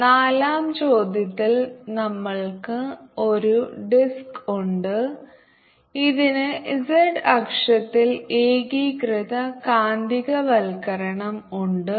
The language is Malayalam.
നാലാം ചോദ്യത്തിൽ നമ്മൾക്ക് ഒരു ഡിസ്ക് ഉണ്ട് ഇതിന് z അക്ഷത്തിൽ ഏകീകൃത കാന്തികവൽക്കരണം ഉണ്ട്